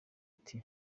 iti